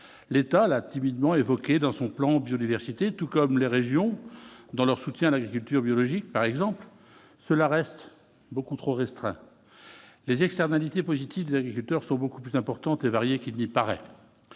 l'État la timidement évoqué dans son plan biodiversité, tout comme les régions dans leur soutien à l'agriculture biologique, par exemple, cela reste beaucoup trop restreint les externalités positives des agriculteurs sont beaucoup plus importantes et variées qu'il n'y paraît,